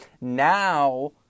now